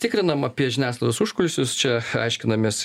tikrinam apie žiniasklaidos užkulisius čia aiškinamės